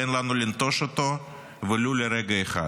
ואל לנו לנטוש אותו ולו לרגע אחד.